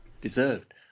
deserved